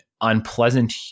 unpleasant